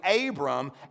Abram